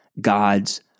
God's